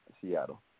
Seattle